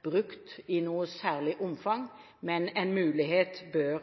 brukt i noe særlig omfang. Men en mulighet bør